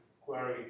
query